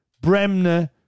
Bremner